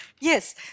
Yes